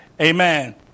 Amen